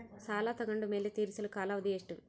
ಸಾಲ ತಗೊಂಡು ಮೇಲೆ ತೇರಿಸಲು ಕಾಲಾವಧಿ ಎಷ್ಟು?